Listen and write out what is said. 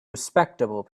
respectable